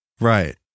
Right